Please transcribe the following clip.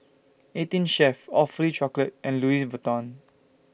eighteen Chef Awfully Chocolate and Louis Vuitton